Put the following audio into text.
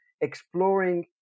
exploring